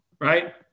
right